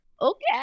okay